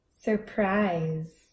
surprise